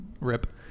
Rip